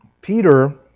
Peter